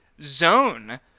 zone